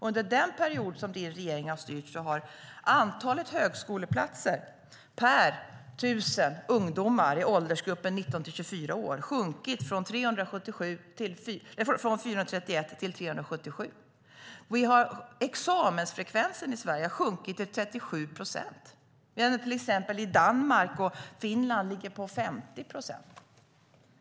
Under den period som din regering har styrt har antalet högskoleplatser per tusen ungdomar i åldersgruppen 19-24 år sjunkit från 431 till 377. Examensfrekvensen i Sverige har sjunkit till 37 procent, medan den i till exempel Danmark och Finland ligger på 50 procent.